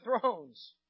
thrones